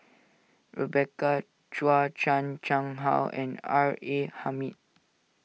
Rebecca Chua Chan Chang How and R A Hamid